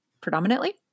predominantly